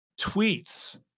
tweets